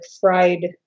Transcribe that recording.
fried